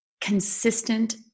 consistent